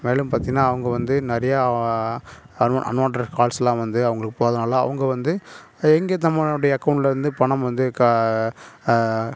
மேலும் பார்த்திங்கனா அவங்க வந்து நிறையா அன் அன்வாண்டட் கால்ஸ்லாம் வந்து அவங்களுக்கு போகிறதுனால அவங்க வந்து எங்கள் நம்மளுடைய அக்கௌண்ட்ல இருந்து பணம் வந்து க